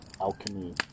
alchemy